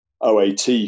OAT